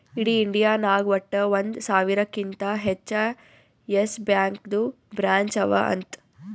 ಇಡೀ ಇಂಡಿಯಾ ನಾಗ್ ವಟ್ಟ ಒಂದ್ ಸಾವಿರಕಿಂತಾ ಹೆಚ್ಚ ಯೆಸ್ ಬ್ಯಾಂಕ್ದು ಬ್ರ್ಯಾಂಚ್ ಅವಾ ಅಂತ್